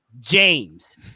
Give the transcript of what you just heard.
James